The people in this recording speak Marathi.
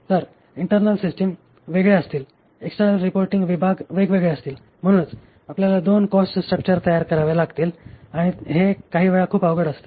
तर इंटर्नल सिस्टिम वेगळ्या असतील एक्सटर्नल रिपोर्टींग विभाग वेगवेगळे असतील म्हणून आपल्याला दोन कॉस्ट स्ट्रक्चर तयार करावे लागतील आणि हे काही वेळा खूप अवघड असते